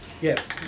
Yes